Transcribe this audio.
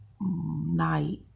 night